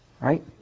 Right